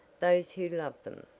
those who love them.